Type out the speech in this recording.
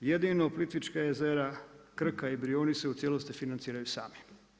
Jedino Plitvička jezera, Krka i Brijuni se u cijelosti financiraju sami.